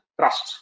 trust